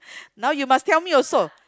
now you must tell me also